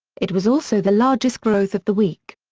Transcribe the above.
it was also the largest growth of the week.